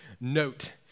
note